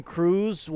Cruz